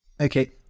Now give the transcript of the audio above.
Okay